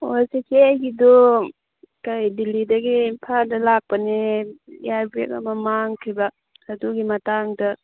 ꯑꯣ ꯆꯦꯆꯦ ꯑꯩꯒꯤꯗꯣ ꯀꯩ ꯗꯤꯜꯂꯤꯗꯒꯤ ꯏꯝꯐꯥꯜꯗ ꯂꯥꯛꯄꯅꯦ ꯏꯌꯥꯔꯕꯦꯒ ꯑꯃ ꯄꯥꯡꯈꯤꯕ ꯑꯗꯨꯒꯤ ꯃꯇꯥꯡꯗ